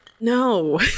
No